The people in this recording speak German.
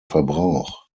verbrauch